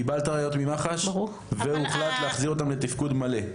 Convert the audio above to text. קיבלת את הראיות ממח"ש והוחלט להחזיר אותם לתפקוד מלא.